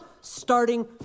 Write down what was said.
Starting